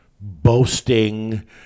boasting